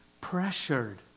pressured